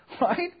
Right